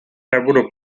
nebudu